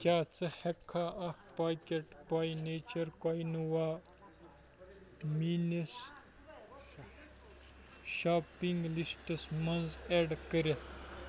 کیٛاہ ژٕ ہٮ۪ککھا اَکھ پاکٮ۪ٹ بَے نیچَر کویِنُوا میٛٲنِس شاپِنٛگ لِسٹَس منٛز اؠڈ کٔرِتھ